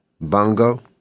bongo